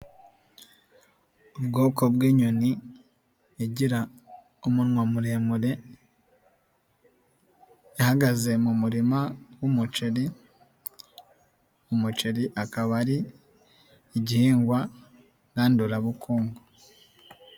Ubwoko bw'inyoni igira umunwa muremure ihagaze mu murima w'umuceri, umuceri ukaba ari igihingwagandurabukungu.